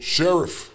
Sheriff